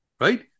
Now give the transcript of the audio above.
right